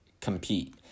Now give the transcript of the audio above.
compete